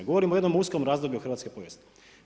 Govorim o jednom uskom razdoblju hrvatske povijesti.